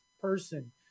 person